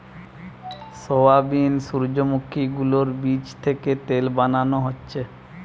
soybean, সূর্যোমুখী গুলোর বীচ থিকে তেল বানানো হচ্ছে